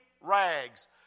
rags